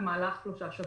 במהלך שלושה שבועות.